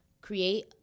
create